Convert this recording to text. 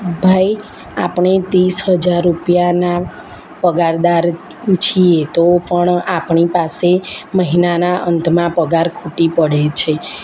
ભાઈ આપણે ત્રીસ હજાર રૂપિયાના પગારદાર છીએ તો પણ આપણી પાસે મહિનાના અંતમાં પગાર ખૂટી પડે છે